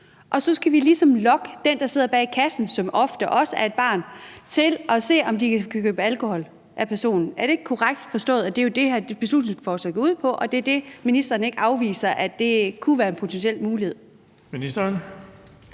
og så skal vi ligesom lokke den, der sidder bag kassen, som ofte også er et barn, til at lade dem købe alkohol. Er det ikke korrekt forstået, at det er det, som det her beslutningsforslag går ud på, og at det er det, ministeren ikke afviser kunne være en mulighed?